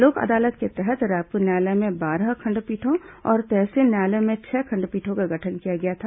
लोक अदालत के तहत रायपुर न्यायालय में बारह खंडपीठों और तहसील न्यायालय में छह खंडपीठों का गठन किया गया था